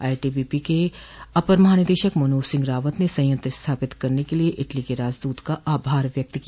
ITBP के अपर महानिदेशक मनोज सिंह रावत ने संयंत्र स्थापित करने के लिए इटली के राजदूत का आभार व्यक्त किया